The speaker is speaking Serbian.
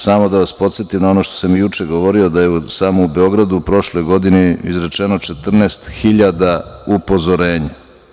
Samo da vas podsetim na ono što sam juče govorio, da je samo u Beogradu u prošloj godini izrečeno 14 hiljada upozorenja.